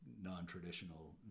non-traditional